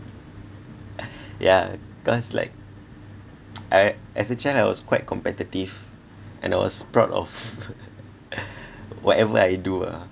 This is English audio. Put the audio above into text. yeah cause like I as a child I was quite competitive and I was proud of whatever I do ah